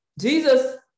Jesus